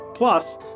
Plus